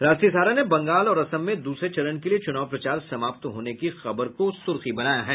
राष्ट्रीय सहारा ने बंगाल और असम में दूसरे चरण के लिए चुनाव प्रचार समाप्त होने की खबर को सुर्खी बनायी है